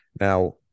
now